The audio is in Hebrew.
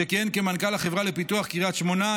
כשכיהן כמנכ"ל החברה לפיתוח קריית שמונה,